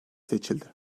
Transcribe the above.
seçildi